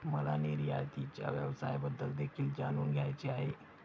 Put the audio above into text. मला निर्यातीच्या व्यवसायाबद्दल देखील जाणून घ्यायचे आहे